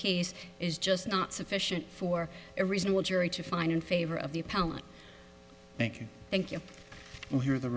case is just not sufficient for a reasonable jury to find in favor of the appellate thank you thank you we'll hear the